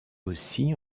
aussi